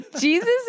Jesus